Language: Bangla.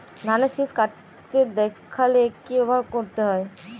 ধানের শিষ কাটতে দেখালে কি ব্যবহার করতে হয়?